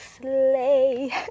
sleigh